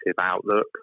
outlook